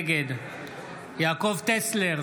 נגד יעקב טסלר,